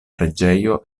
preĝejo